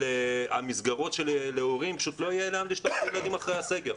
על מסגרות שייסגרו ולהורים פשוט לא יהיה לאן לשלוח את הילדים אחרי הסגר.